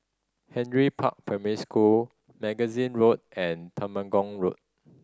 Henry Park Primary School Magazine Road and Temenggong Road